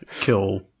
kill